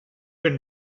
been